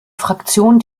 fraktion